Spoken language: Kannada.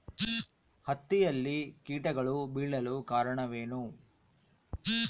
ಹತ್ತಿಯಲ್ಲಿ ಕೇಟಗಳು ಬೇಳಲು ಕಾರಣವೇನು?